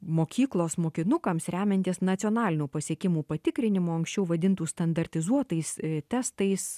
mokyklos mokinukams remiantis nacionalinių pasiekimų patikrinimu anksčiau vadintų standartizuotais testais